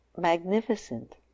magnificent